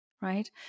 right